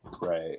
Right